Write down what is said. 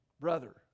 Brother